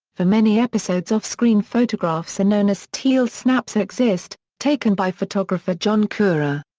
for many episodes off-screen photographs known as tele-snaps exist, taken by photographer john cura.